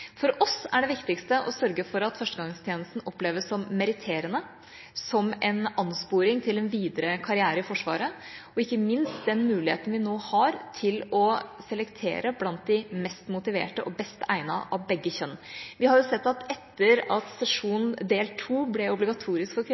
det viktigste å sørge for at førstegangstjenesten oppleves som meritterende, som en ansporing til en videre karriere i Forsvaret, og ikke minst at vi nå har den muligheten til å selektere blant de mest motiverte og best egnede av begge kjønn. Etter at sesjon del 2 ble obligatorisk for